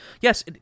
Yes